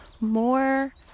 more